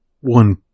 one